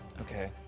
Okay